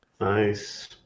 Nice